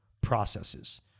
processes